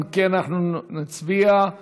אם כן, אנחנו נצביע על